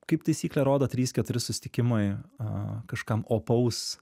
kaip taisyklė rodo trys keturi susitikimai aaa kažkam opaus